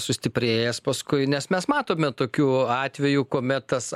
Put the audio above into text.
sustiprėjęs paskui nes mes matome tokių atvejų kuomet tas